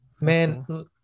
man